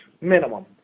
minimum